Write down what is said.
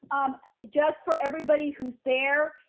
just for everybody who's there,